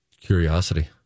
Curiosity